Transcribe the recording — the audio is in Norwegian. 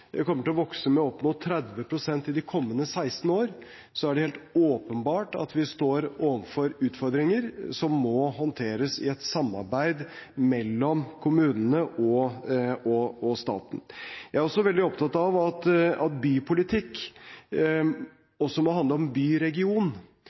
kommer til å vokse med opp mot 30 pst. i de kommende 16 år, er det helt åpenbart at vi står overfor utfordringer som må håndteres i et samarbeid mellom kommunene og staten. Jeg er veldig opptatt av at bypolitikk også må handle om byregion, at